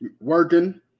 working